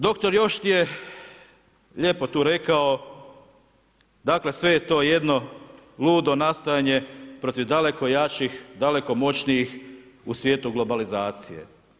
Doktor Jost je lijepo tu rekao dakle sve je to jedno ludo nastojanje protiv daleko jačih, daleko moćnijih u svijetu globalizacije.